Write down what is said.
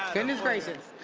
goodness gracious.